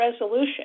resolution